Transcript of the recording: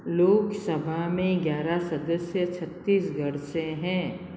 लोकसभा में ग्यारह सदस्य छत्तीसगढ़ से हैं